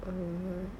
(uh huh)